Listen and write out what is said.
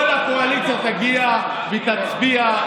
כל הקואליציה תגיע ותצביע,